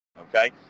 okay